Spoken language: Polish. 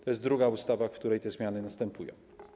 To jest druga ustawa, w której te zmiany następują.